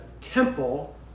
temple